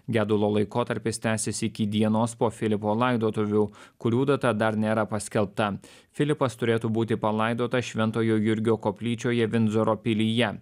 gedulo laikotarpis tęsiasi iki dienos po filipo laidotuvių kurių data dar nėra paskelbta filipas turėtų būti palaidotas šventojo jurgio koplyčioje vindzoro pilyje